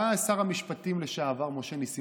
בא שר המשפטים לשעבר משה נסים,